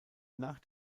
nach